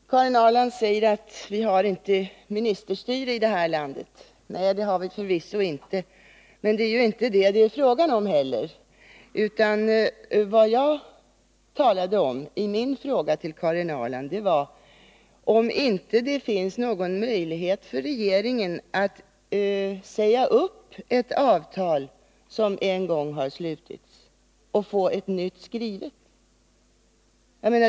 Herr talman! Karin Ahrland säger att vi inte har ministerstyre i det här landet. Nej, det har vi förvisso inte. Men det är ju inte detta det är fråga om heller. Vad jag talade om i min fråga till Karin Ahrland var om det inte finns någon möjlighet för regeringen att säga upp ett avtal som en gång har slutits och få ett nytt skrivet.